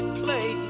play